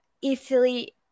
easily